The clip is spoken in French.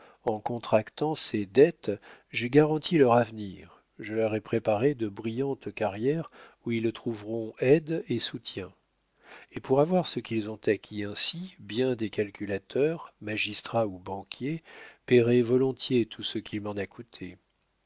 en contractant ces dettes j'ai garanti leur avenir je leur ai préparé de brillantes carrières où ils trouveront aide et soutien et pour avoir ce qu'ils ont acquis ainsi bien des calculateurs magistrats ou banquiers payeraient volontiers tout ce qu'il m'en a coûté